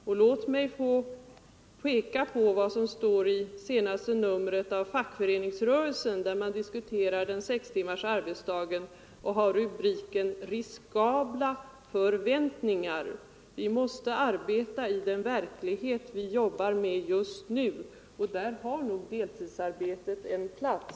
Jag vill därför peka på vad som står i senaste numret av tidningen Fackföreningsrörelsen, där man under rubriken Riskabla förväntningar just diskuterar frågan om sex timmars arbetsdag. Vi måste arbeta i den verklighet vi jobbar i just nu, och där har deltidsarbetet en plats.